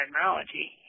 technology